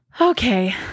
Okay